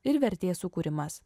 ir vertės sukūrimas